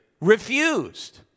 refused